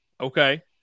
Okay